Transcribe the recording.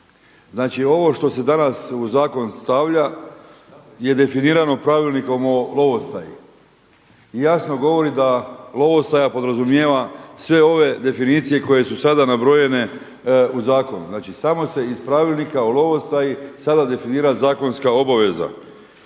Znači ovo što se danas u zakon stavlja je definirano pravilnikom o lovostaji. I jasno govori da lovostaja podrazumijeva sve ove definicije koje su sada nabrojene u zakonu. Znači samo se iz pravilnika o lovostaji sada definira zakonska obaveza.